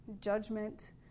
judgment